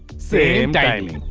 same dialogue.